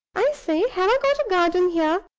i say, have i got a garden here?